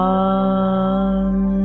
one